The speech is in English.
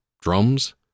drums